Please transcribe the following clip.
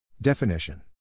Definition